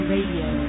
Radio